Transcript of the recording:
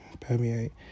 permeate